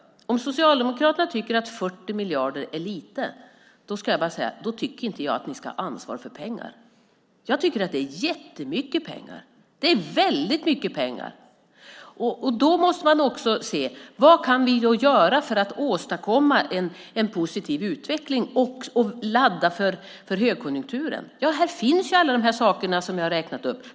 Om ni socialdemokrater tycker att 40 miljarder är lite då tycker jag inte att ni ska ha ansvar för pengar. Jag tycker att det är jättemycket pengar. Då måste följande fråga ställas: Vad kan vi göra för att åstadkomma en positiv utveckling och ladda för högkonjunkturen? Här finns alla de saker som jag har räknat upp.